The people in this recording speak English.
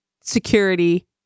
security